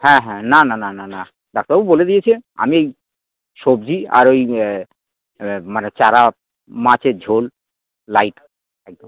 হ্যাঁ হ্যাঁ না না না না না ডাক্তারবাবু বলে দিয়েছি আমি এই সবজি আর ওই মানে চারা মাছের ঝোল লাইট একদম